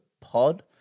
pod